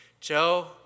joe